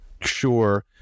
sure